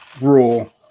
rule